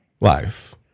life